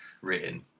written